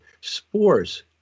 spores